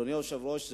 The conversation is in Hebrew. אדוני היושב-ראש?